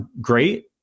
great